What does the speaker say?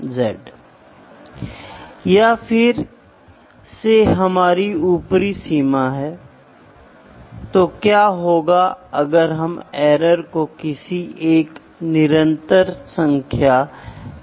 इसलिए अगर हम इसे सुनिश्चित करने का प्रयास करते हैं तो इसे माप या निर्णय में त्रुटि कहा जाता है